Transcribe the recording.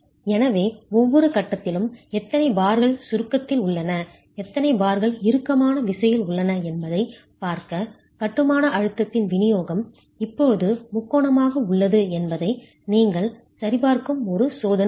எனவே ஒவ்வொரு கட்டத்திலும் எத்தனை பார்கள் சுருக்கத்தில் உள்ளன எத்தனை பார்கள் இறுக்கமான விசையில் உள்ளன என்பதைப் பார்க்க கட்டுமான அழுத்தத்தின் விநியோகம் இப்போது முக்கோணமாக உள்ளது என்பதை நீங்கள் சரிபார்க்கும் ஒரு சோதனை இது